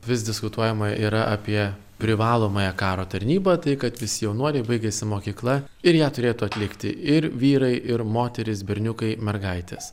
vis diskutuojama yra apie privalomąją karo tarnybą tai kad visi jaunuoliai baigiasi mokykla ir jie turėtų atlikti ir vyrai ir moterys berniukai mergaitės